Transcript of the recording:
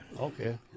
Okay